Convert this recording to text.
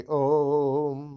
om